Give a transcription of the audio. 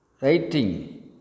Writing